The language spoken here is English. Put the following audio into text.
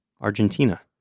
Argentina